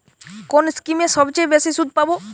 কোন স্কিমে সবচেয়ে বেশি সুদ পাব?